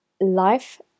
Life